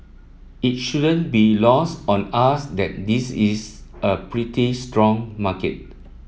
it shouldn't be lost on us that this is a pretty strong market